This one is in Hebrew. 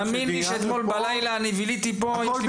תאמין לי שאתמול בלילה ביליתי פה עד ארבע בבוקר.